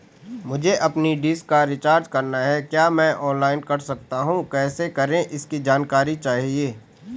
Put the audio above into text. मुझे अपनी डिश का रिचार्ज करना है क्या मैं ऑनलाइन कर सकता हूँ कैसे करें इसकी जानकारी चाहिए?